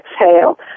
exhale